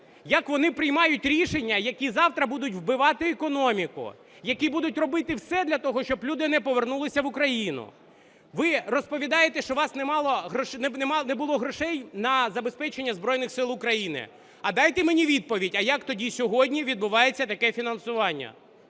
як вони приймають рішення, які завтра будуть вбивати економіку, які будуть робити все для того, щоб люди не повернулися в Україну. Ви розповідаєте, що у вас не було грошей на забезпечення Збройних Сил України. А дайте мені відповідь, а як тоді сьогодні відбувається таке фінансування?